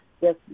Yes